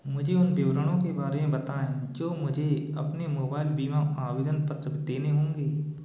मुझे उन विवरणों के बारे में बताएँ जो मुझे अपने मोबाइल बीमा आवेदन पत्र पर देने होंगे